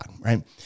right